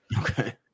Okay